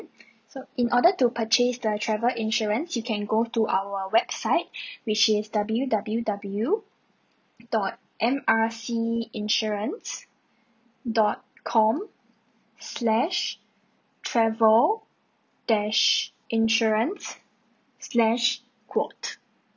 so in order to purchase the travel insurance you can go to our website which is W_W_W dot M R C insurance dot com slash travel dash insurance slash quote